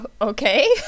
okay